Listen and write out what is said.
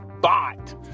bot